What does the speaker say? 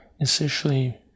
essentially